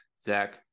Zach